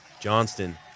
Johnston